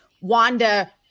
wanda